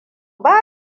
ba